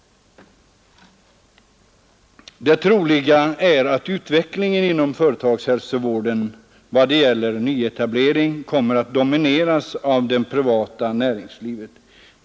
Det troliga är att utvecklingen inom företagshälsovården i vad gäller nyetablering kommer att domineras av det privata näringslivet.